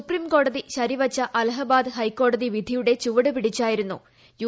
സുപ്രീംകോടതി ശരിവച്ച അലഹബാദ് ഹൈക്കോടതി ് വിധിയുടെ ചുവട് പിടിച്ചായിരുന്നു യു